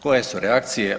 Koje su reakcije?